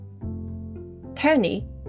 Tony